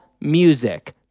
music